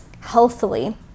healthily